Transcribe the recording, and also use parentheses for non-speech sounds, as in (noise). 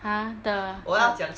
!huh! the (noise)